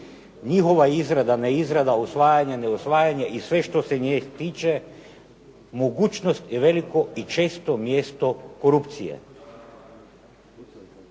njihova izrada, ne izrada, usvajanje, ne usvajanje i sve što se nje tiče mogućnost je veliko i često mjesto korupcije.